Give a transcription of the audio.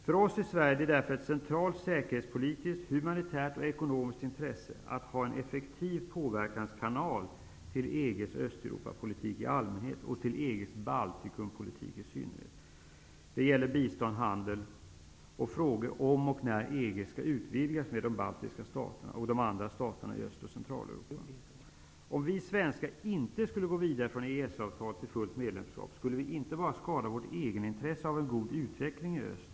För oss i Sverige är det därför ett centralt säkerhetspolitiskt, humanitärt och ekonomiskt intresse att ha en effektiv påverkanskanal till EG:s Östeuropapolitik i allmänhet, och till EG:s Baltikumpolitik i synnerhet. Det gäller bistånd, handel och frågorna om och när EG skall utvidgas med de baltiska staterna och de andra staterna i Om vi svenskar inte skulle gå vidare från EES-avtal till fullt medlemskap i EG, skulle vi alltså inte bara skada vårt egenintresse av en god utveckling i öst.